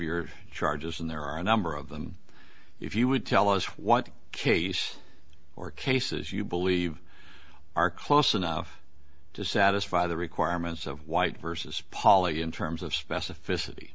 your charges and there are a number of them if you would tell us what case or cases you believe are close enough to satisfy the requirements of white versus poly in terms of specificity